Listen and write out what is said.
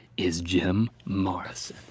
is jim morrison.